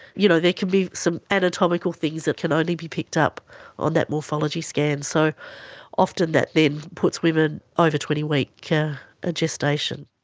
you know there can be some anatomical things that can only be picked up on that morphology scan so often that then puts women over twenty week ah gestation.